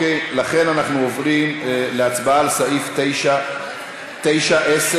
לכן אנחנו עוברים להצבעה על סעיפים 9 17,